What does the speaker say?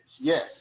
Yes